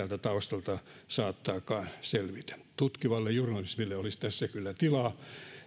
taustalta saattaakaan selvitä tutkivalle journalismille olisi tässä kyllä tilaa